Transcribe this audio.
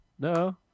No